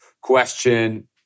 question